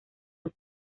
los